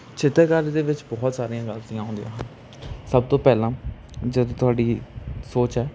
ਚਿੱਤਰਕਾਰੀ ਦੇ ਵਿੱਚ ਬਹੁਤ ਸਾਰੀਆਂ ਗਲਤੀਆਂ ਹੁੰਦੀਆਂ ਹਨ ਸਭ ਤੋਂ ਪਹਿਲਾਂ ਜਦੋਂ ਤੁਹਾਡੀ ਸੋਚ ਹੈ